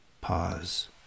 Pause